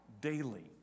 daily